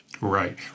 Right